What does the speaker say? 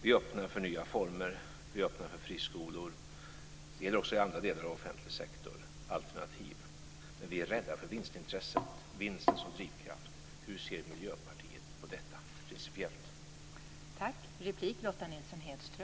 Vi öppnar för nya former och vi öppnar för friskolor. Det gäller också i andra delar av offentlig sektor. Det ska finnas alternativ. Men vi är rädda för vinstintresset och för vinsten som drivkraft. Hur ser Miljöpartiet principiellt på detta?